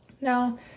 Now